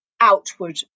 outward